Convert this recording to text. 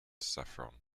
saffron